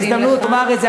ואני בהזדמנות אומר את זה.